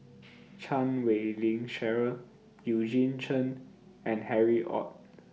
Chan Wei Ling Cheryl Eugene Chen and Harry ORD